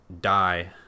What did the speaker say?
die